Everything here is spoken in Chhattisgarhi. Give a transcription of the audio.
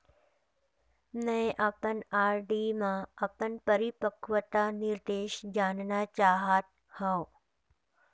मै अपन आर.डी मा अपन परिपक्वता निर्देश जानना चाहात हव